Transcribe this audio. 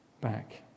back